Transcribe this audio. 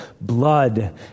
blood